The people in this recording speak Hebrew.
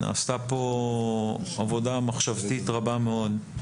נעשתה כאן עבודה מחשבתית רבה מאוד,